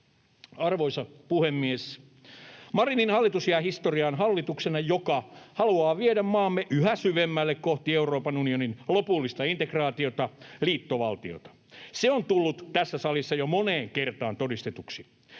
Arvoisa puhemies! Marinin hallitus jää historiaan hallituksena, joka haluaa viedä maamme yhä syvemmälle kohti Euroopan unionin lopullista integraatiota, liittovaltiota. Se on tullut tässä salissa jo moneen kertaan todistetuksi.